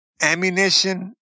ammunition